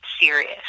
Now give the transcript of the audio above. serious